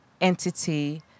entity